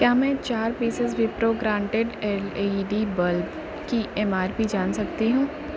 کیا میں چار pieces Wipro garnet L E D bulb کی ایم آر پی جان سکتی ہوں